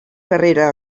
carrera